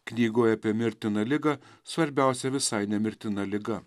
knygoje apie mirtiną ligą svarbiausia visai ne mirtina liga